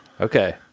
Okay